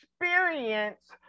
experience